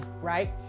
right